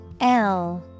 -L